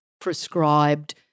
prescribed